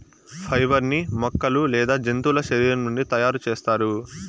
fibre ని మొక్కలు లేదా జంతువుల శరీరం నుండి తయారు చేస్తారు